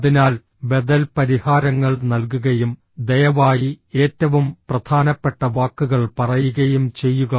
അതിനാൽ ബദൽ പരിഹാരങ്ങൾ നൽകുകയും ദയവായി ഏറ്റവും പ്രധാനപ്പെട്ട വാക്കുകൾ പറയുകയും ചെയ്യുക